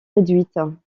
réduites